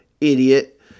idiot